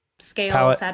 scale